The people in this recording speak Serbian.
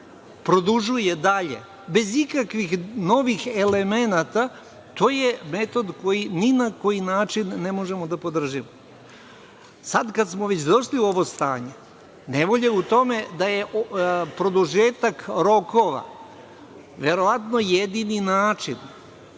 produžuje dalje bez ikakvih novih elemenata, to je metod koji ni na koji način ne možemo da podržimo. Sada kada smo već došli u ovo stanje nevolja je u tome da je produžetak rokova verovatno jedini način,